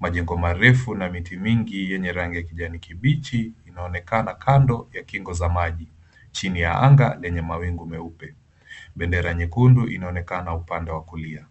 Majengo marefu na miti mingi yenye rangi ya kijani kibichi inaonekana kando ya kingo za maji chini ya anga lenye mawingu meupe. Bendera nyekundu inaonekana upande wa kulia.